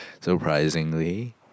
Surprisingly